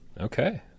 Okay